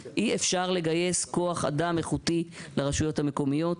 אי אפשר לגייס כוח אדם איכותי לרשויות המקומיות,